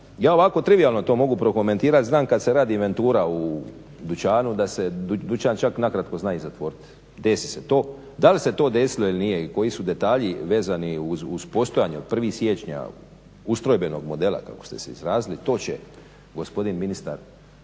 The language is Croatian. ja ovako trivijalno to mogu prokomentirati, znam kad se radi inventura u dućanu da se dućan čak nakratko zna i zatvoriti. Desi se to, da li se to desilo ili nije i koji su detalji vezani uz postojanje od 1.siječnja ustrojbenog modela kako ste se izrazili, to će gospodin ministar